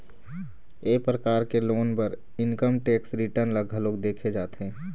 ए परकार के लोन बर इनकम टेक्स रिटर्न ल घलोक देखे जाथे